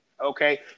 Okay